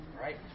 Right